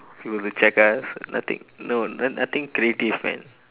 they will check us nothing no nothing creative man